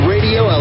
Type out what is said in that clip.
Radio